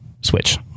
Switch